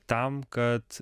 tam kad